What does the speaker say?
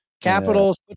Capitals